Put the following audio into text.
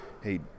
hey